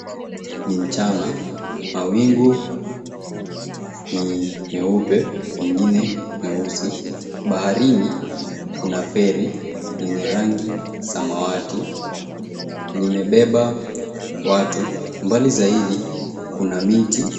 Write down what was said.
Ni mchana. Mawingu ni meupe, ingine meusi. Baharini kuna feri lenye rangi samawati. Limebeba watu. Mbali zaidi kuna miti.